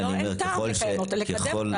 אין טעם לקדם אותה,